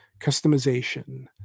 customization